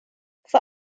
for